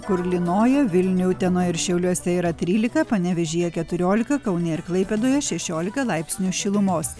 kur lynoja vilniuj utenoj ir šiauliuose yra trylika panevėžyje keturiolika kaune ir klaipėdoje šešiolika laipsnių šilumos